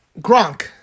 Gronk